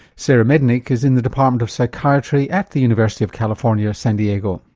sara mednick is in the department of psychiatry at the university of california, san diego.